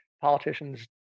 politicians